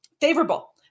favorable